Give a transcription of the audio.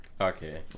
Okay